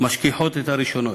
משכיחות את הראשונות".